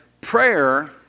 prayer